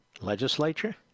legislature